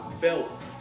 felt